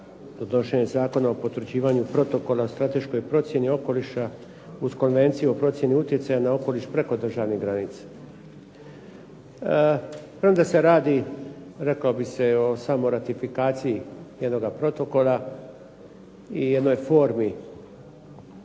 donošenje Zakona o potvrđivanju protokola strateškoj procjeni okoliša uz Konvenciju o procjeni utjecaja na okoliš preko državnih granica. Premda se radi reklo bi se o samo ratifikaciji jednoga protokola i jednoj formi